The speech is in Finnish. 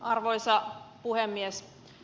arvoisa puhemies